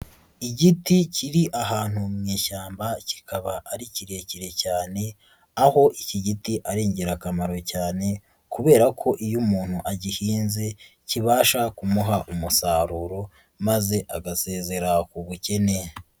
Igiti kiri ahantu mu ishyamba kikaba ari kirekire cyane, aho iki giti ari ingirakamaro cyane kubera ko iyo umuntu agihinze kibasha kumuha umusaruro maze agasezera ku bukene.